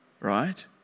Right